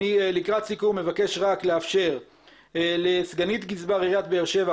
לקראת סיכום אני מבקש לאפשר לסגנית גזבר עיריית באר שבע,